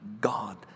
God